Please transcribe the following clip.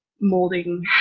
molding